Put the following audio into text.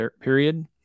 period